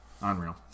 unreal